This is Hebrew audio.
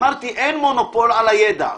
אמרתי שאין מונופול על הידע.